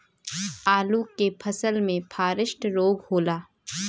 आलू के फसल मे फारेस्ट रोग होला?